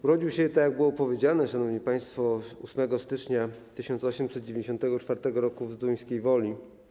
Urodził się, tak jak było powiedziane, szanowni państwo, 8 stycznia 1894 r. w Zduńskiej Woli.